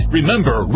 Remember